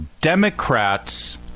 Democrats